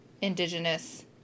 indigenous